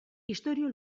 istorio